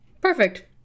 perfect